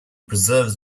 preserves